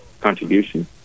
contribution